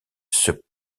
subsp